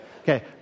Okay